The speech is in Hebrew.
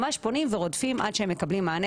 ממש פונים ורודפים עד שהם מקבלים מענה